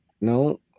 No